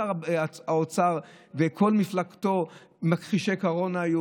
שר האוצר וכל מפלגתו היו מכחישי קרונה,